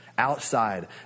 Outside